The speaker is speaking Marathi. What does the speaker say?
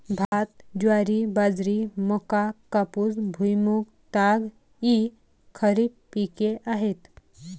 भात, ज्वारी, बाजरी, मका, कापूस, भुईमूग, ताग इ खरीप पिके आहेत